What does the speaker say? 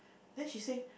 then she say